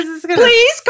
Please